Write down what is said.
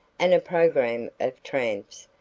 and a program of tramps,